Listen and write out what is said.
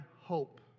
hope